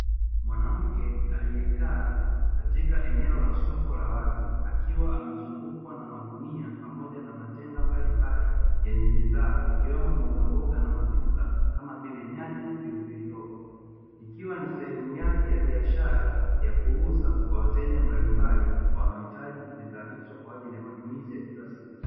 Mwanamke aliekaa katika eneo la soko la wazi akiwa amezungukwa na magunia pamoja na matenga mbalimbali yenye bidhaa ikiwemo mbogamboga na matunda kama vile nyanya, pilipili hoho ikiwa ni sehemu yake ya biashara ya kuuza kwa wateja mbalimbali kwa wanaohitaji bidhaa hizo kwajili ya matumizi ya kila siku.